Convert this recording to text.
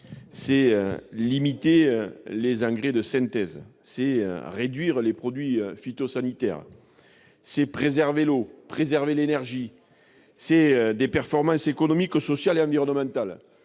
c'est limiter les engrais de synthèse, c'est réduire les produits phytosanitaires, c'est préserver l'eau et l'énergie, et ce sont des performances économiques, sociales et environnementales.